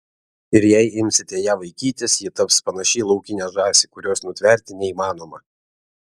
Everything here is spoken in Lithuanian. ir jei imsite ją vaikytis ji taps panaši į laukinę žąsį kurios nutverti neįmanoma